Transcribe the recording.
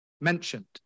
mentioned